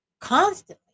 constantly